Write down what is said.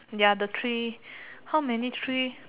ya the tree how many tree